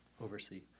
oversee